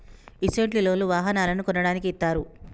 ఇసొంటి లోన్లు వాహనాలను కొనడానికి ఇత్తారు